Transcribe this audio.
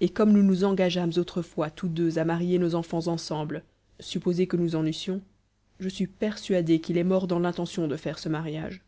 et comme nous nous engageâmes autrefois tous deux à marier nos enfants ensemble supposé que nous en eussions je suis persuadé qu'il est mort dans l'intention de faire ce mariage